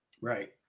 Right